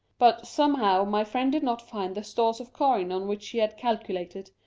but, somehow, my friend did not find the stores of coin on which he had calculated,